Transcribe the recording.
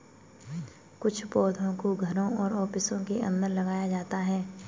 कुछ पौधों को घरों और ऑफिसों के अंदर लगाया जाता है